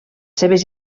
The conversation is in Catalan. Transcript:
seves